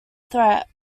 threat